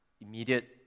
Immediate